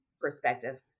perspective